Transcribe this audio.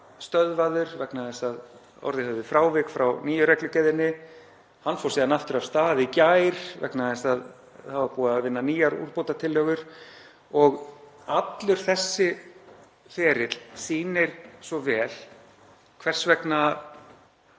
stöðvaður vegna þess að orðið hafði frávik frá nýju reglugerðinni. Hann fór síðan aftur af stað í gær vegna þess að það var búið að vinna nýjar úrbótatillögur og allur þessi ferill sýnir svo vel hvers vegna